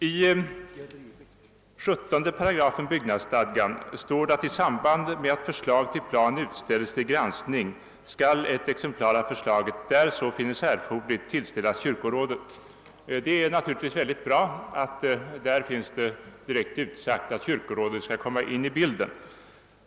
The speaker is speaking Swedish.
I 17 § byggnadsstadgan står att i samband med att förslag till plan utställes till granskning skall ett exemplar av förslaget, där så befinnes erforderligt, tillställas kyrkorådet. Det är naturligtvis mycket bra att det finns direkt utsagt att kyrkorådet skall komma in i bilden.